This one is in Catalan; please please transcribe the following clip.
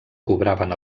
cobraven